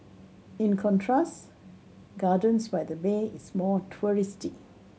in contrast Gardens by the Bay is more touristy